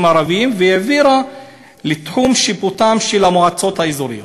הערביים והעבירה לתחום שיפוטן של המועצות האזוריות.